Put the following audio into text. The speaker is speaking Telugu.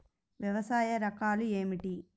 వ్యవసాయ రకాలు ఏమిటి?